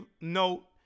note